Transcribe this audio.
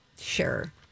Sure